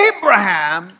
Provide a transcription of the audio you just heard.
Abraham